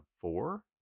four